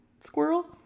squirrel